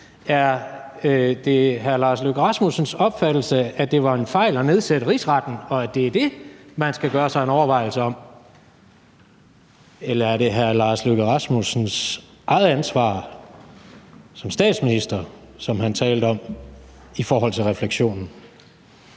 er det hr. Lars Løkke Rasmussens opfattelse, at det var en fejl at nedsætte Rigsretten, og at det er det, man skal gøre sig en overvejelse om? Eller er det hr. Lars Løkke Rasmussens eget ansvar som statsminister, som han talte om i forhold til refleksionen?